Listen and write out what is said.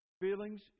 Feelings